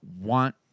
want